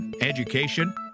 education